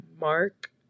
mark